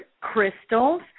crystals